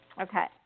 Okay